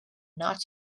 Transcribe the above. not